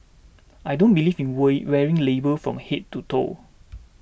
I don't believe in we wearing labels from head to toe